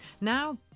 Now